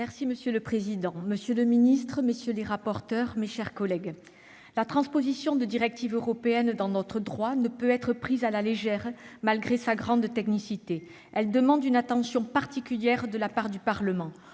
Monsieur le président, monsieur le ministre, mes chers collègues, la transposition de directives européennes dans notre droit ne peut être prise à la légère malgré sa grande technicité. Elle demande une attention particulière de la part du Parlement.